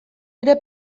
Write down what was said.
ere